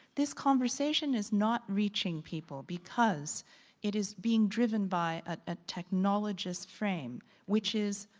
this conversation is not reaching people because it is being driven by a technologist frame which is,